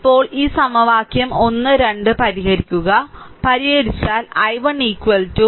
ഇപ്പോൾ ഈ സമവാക്യം 1 2 പരിഹരിക്കുക പരിഹരിച്ചാൽ I1 3